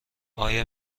آیا